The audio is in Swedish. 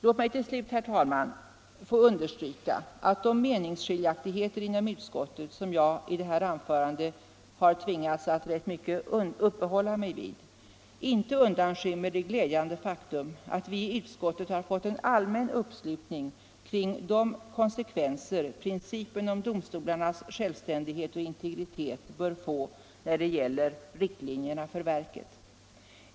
Låt mig till slut, herr talman, få understryka att de meningsskiljaktigheter inom utskottet som jag i detta anförande har tvingats att rätt mycket uppehålla mig vid inte undanskymmer det glädjande faktum att vi i utskottet har fått en allmän uppslutning kring de konsekvenser som principen om domstolarnas självständighet och integritet bör ha när det gäller riktlinjerna för verket.